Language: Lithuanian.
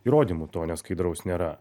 įrodymų to neskaidraus nėra